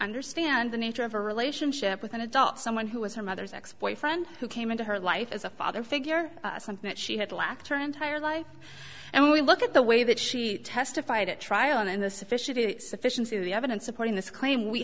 understand the nature of her relationship with an adult someone who was her mother's ex boyfriend who came into her life as a father figure something that she had lacked turned higher life and when we look at the way that she testified at trial and the sufficiency sufficiency of the evidence supporting this claim we